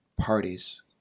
parties